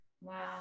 Wow